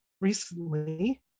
recently